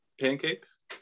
pancakes